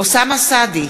אוסאמה סעדי,